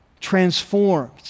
transformed